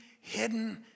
hidden